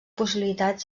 possibilitat